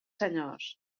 senyors